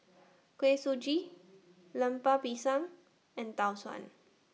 Kuih Suji Lemper Pisang and Tau Suan